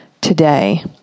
today